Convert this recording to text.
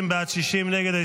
50 בעד, 60 נגד.